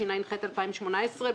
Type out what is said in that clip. התשע"ח 2018‏,